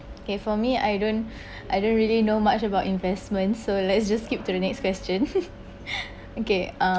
okay for me I don't I don't really know much about investments so let's just skip to the next question okay uh